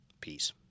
Peace